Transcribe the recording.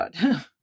God